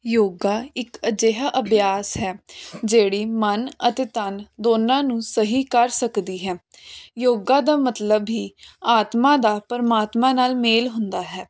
ਯੋਗਾ ਇੱਕ ਅਜਿਹਾ ਅਭਿਆਸ ਹੈ ਜਿਹੜੀ ਮਨ ਅਤੇ ਤਨ ਦੋਨਾਂ ਨੂੰ ਸਹੀ ਕਰ ਸਕਦੀ ਹੈ ਯੋਗਾ ਦਾ ਮਤਲਬ ਹੀ ਆਤਮਾ ਦਾ ਪਰਮਾਤਮਾ ਨਾਲ ਮੇਲ ਹੁੰਦਾ ਹੈ